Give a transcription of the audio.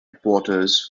reporters